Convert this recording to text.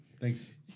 Thanks